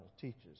teaches